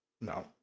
No